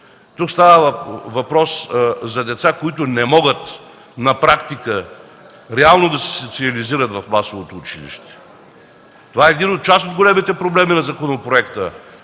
заболявания, за деца, които не могат на практика реално да се социализират в масовото училище. Това е част от големите проблеми на законопроекта